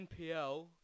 NPL